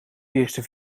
eerste